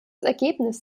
ergebnis